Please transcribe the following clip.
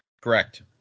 Correct